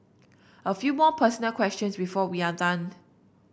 a few more personal questions before we are done